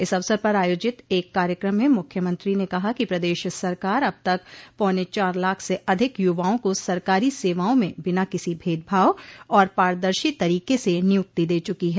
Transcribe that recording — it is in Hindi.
इस अवसर पर आयोजित एक कार्यकम में मुख्यमंत्री ने कहा कि प्रदेश सरकार अब तक पौने चार लाख से अधिक युवाओं को सरकारी सेवाओं में बिना किसी भेदभाव और पारदर्शी तरीके से नियुक्ति दे चुकी है